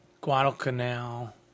Guadalcanal